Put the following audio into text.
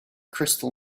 crystal